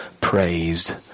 praised